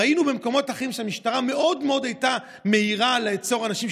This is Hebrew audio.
ראינו במקומות אחרים שהמשטרה הייתה מאוד מאוד מהירה לעצור אנשים,